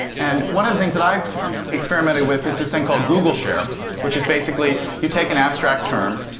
and one of the things that i experimented with is this thing called google share which is basically, you take an abstract term,